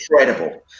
incredible